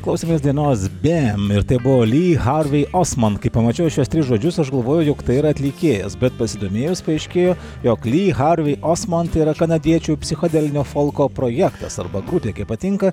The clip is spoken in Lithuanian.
klausėmės dienos bem ir tai buvo ly harvei osman kai pamačiau šiuos tris žodžius aš galvojau jog tai yra atlikėjas bet pasidomėjus paaiškėjo jog ly harvei osman yra kanadiečių psichodelinio folko projektas arba grupė kaip patinka